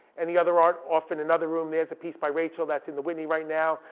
and the other art off in another room. there's a piece by rachel that's in the whitney right now.